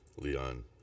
Leon